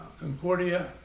Concordia